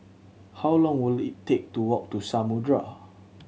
how long will it take to walk to Samudera